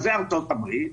זה ארה"ב,